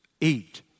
eat